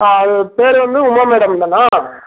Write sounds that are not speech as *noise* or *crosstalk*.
ஆ *unintelligible* பேர் வந்து உமா மேடம்தானா